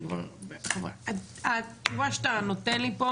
התגובה שאתה נותן לי פה